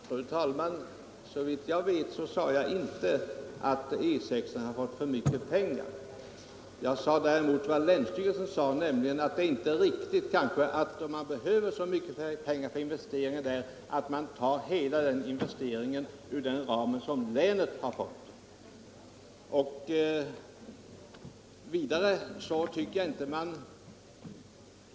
Fru talman! Såvitt jag vet sade jag inte att E 6 fått för mycket pengar. Jag citerade däremot länsstyrelsen, att om man behöver så mycket pengar för investeringar i denna väg är det inte riktigt att hela beloppet tas ur den ram länet har fått.